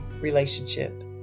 relationship